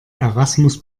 erasmus